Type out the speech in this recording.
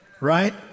Right